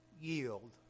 yield